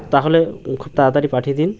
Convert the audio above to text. তাহলে খুব তাড়াতাড়ি পাঠিয়ে দিন